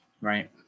Right